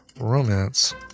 romance